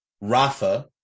Rafa